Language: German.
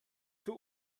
für